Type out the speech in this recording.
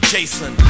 Jason